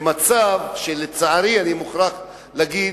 במצב, לצערי, אני מוכרח להגיד,